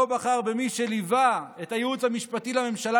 לא בחר במי שליווה את הייעוץ המשפטי לממשלה